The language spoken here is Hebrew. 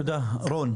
תודה, רון.